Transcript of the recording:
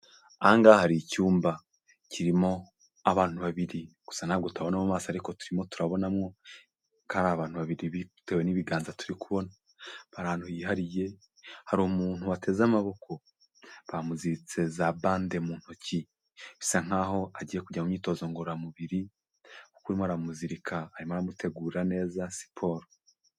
Aha ngaha hari icyumba kirimo abantu babiri, gusa ntabwo tubabona mu maso, ariko turimo turabonamo ko ari abantu babiri bitewe n'ibiganza turi kubona, bari ahantu hihariye, hari umuntu wateze amaboko bamuziritse za bande mu ntoki, bisa nk'aho agiye kujya mu myitozo ngororamubiri, kuko urimo aramuzika arimo aramutegurira neza siporo.